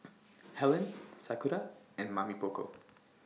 Helen Sakura and Mamy Poko